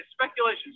speculation